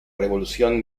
revolución